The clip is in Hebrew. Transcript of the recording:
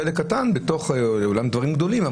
חלק קטן בתוך אמנם דברים גדולים,